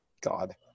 God